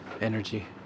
energy